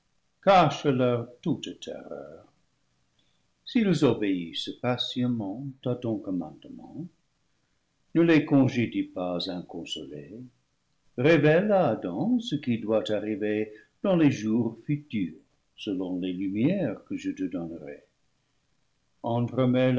cache leur toute terreur s'ils obéis sent patiemment à ton commandement ne les congédie pas inconsolés révèle à adam ce qui doit arriver dans les jours futurs selon les lumières que je te donnerai entremêle